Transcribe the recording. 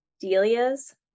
Delia's